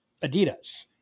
Adidas